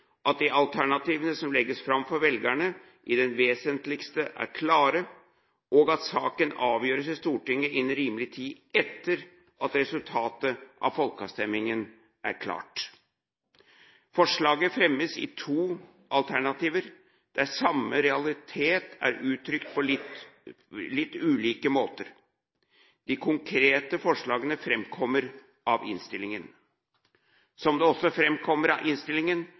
at de alternativene som legges fram for velgerne, i det vesentligste er klare, og at saken avgjøres i Stortinget innen rimelig tid etter at resultatet av folkeavstemningen er klart. Forslaget fremmes i to alternativer der samme realitet er uttrykt på litt ulike måter. De konkrete forslagene framkommer av innstillingen. Som det også framkommer av innstillingen,